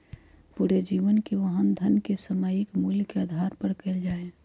पूरे जीवन के वहन धन के सामयिक मूल्य के आधार पर कइल जा हई